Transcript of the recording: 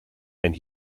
and